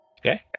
Okay